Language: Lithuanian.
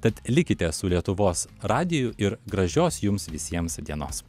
tad likite su lietuvos radiju ir gražios jums visiems dienos